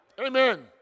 Amen